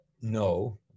no